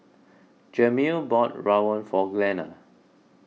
Jameel bought Rawon for Glenna